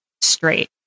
straight